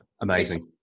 Amazing